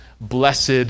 blessed